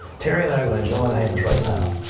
terry and i are going to join hands right now.